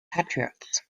patriots